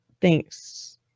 thanks